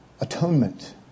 atonement